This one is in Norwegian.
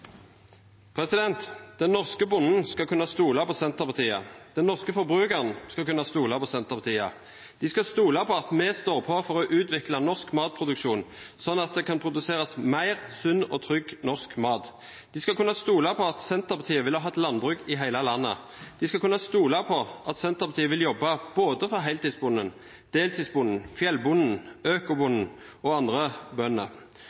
Senterpartiet. Den norske forbrukeren skal kunne stole på Senterpartiet. De skal stole på at vi står på for å utvikle norsk matproduksjon, slik at det kan produseres mer sunn og trygg norsk mat. De skal kunne stole på at Senterpartiet vil ha et landbruk i hele landet. De skal kunne stole på at Senterpartiet vil jobbe for både heltidsbonden, deltidsbonden, fjellbonden, økobonden og andre bønder.